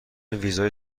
ویزای